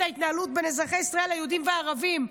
ההתנהלות בין אזרחי ישראל היהודים לערבים,